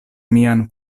mian